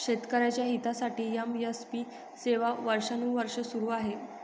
शेतकऱ्यांच्या हितासाठी एम.एस.पी सेवा वर्षानुवर्षे सुरू आहे